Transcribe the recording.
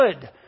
good